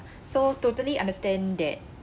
so totally understand that